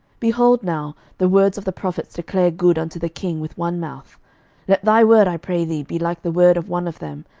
behold now, the words of the prophets declare good unto the king with one mouth let thy word, i pray thee, be like the word of one of them,